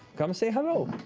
come say hello!